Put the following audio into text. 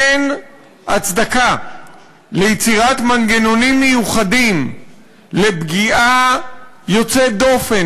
אין הצדקה ליצירת מנגנונים מיוחדים לפגיעה יוצאת דופן